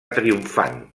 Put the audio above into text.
triomfant